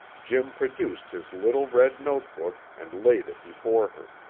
jim produced his little red note-book and laid it before her.